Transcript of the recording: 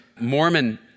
Mormon